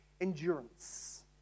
endurance